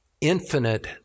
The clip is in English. infinite